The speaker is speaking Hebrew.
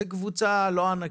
זו קבוצה לא ענקית,